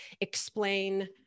explain